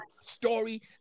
story